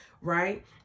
right